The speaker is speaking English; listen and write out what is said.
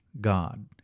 God